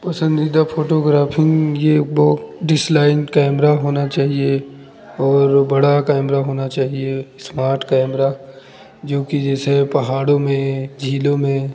पसंदीदा फ़ोटोग्राफ़िंग यह बो डिसलाइन कैमरा होना चाहिए और बड़ा कैमरा होना चाहिए इस्माट कैमरा जो कि जैसे पहाड़ों में झीलों में